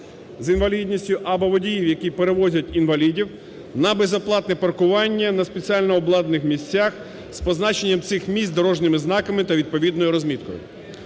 з інвалідністю або водіїв, які перевозять інвалідів на безоплатне паркування на спеціально обладнаних місцях з позначенням цих місць дорожніми знаками та відповідною розміткою.